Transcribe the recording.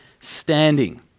Standing